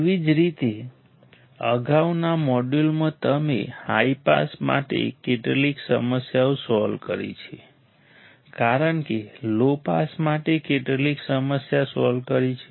એવી જ રીતે અગાઉના મોડ્યુલમાં તમે હાઈ પાસ માટે કેટલીક સમસ્યાઓ સોલ્વ કરી છે આપણે લો પાસ માટે કેટલીક સમસ્યા સોલ્વ કરી છે